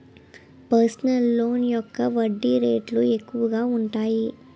personal loan యొక్క వడ్డీ రేట్లు ఎక్కువగా ఉంటాయి